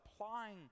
applying